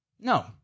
No